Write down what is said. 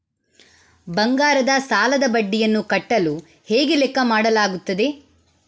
ಬಂಗಾರದ ಸಾಲದ ಬಡ್ಡಿಯನ್ನು ಕಟ್ಟಲು ಹೇಗೆ ಲೆಕ್ಕ ಮಾಡಲಾಗುತ್ತದೆ?